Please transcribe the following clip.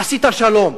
עשית שלום,